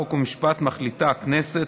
חוק ומשפט מחליטה הכנסת,